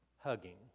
hugging